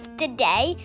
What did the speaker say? today